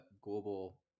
global